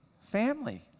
family